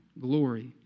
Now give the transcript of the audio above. glory